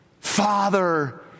Father